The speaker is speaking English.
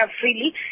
freely